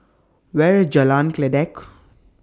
Where IS Jalan Kledek